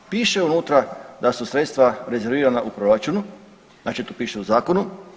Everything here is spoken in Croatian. Piše unutra da su sredstva rezervirana u proračunu, znači to piše u zakonu.